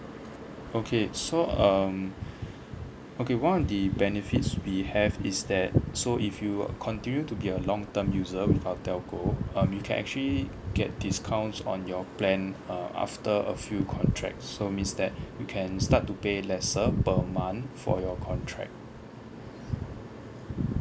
okay so um okay one of the benefits we have is that so if you continue to be a long term user with our telco um you can actually get discounts on your plan uh after a few contract so means that you can start to pay lesser per month for your contract